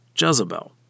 Jezebel